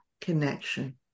connection